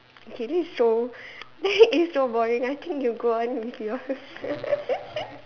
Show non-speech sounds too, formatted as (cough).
okay this is so (breath) that is so boring I think you are gone with your (laughs)